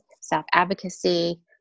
self-advocacy